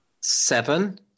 Seven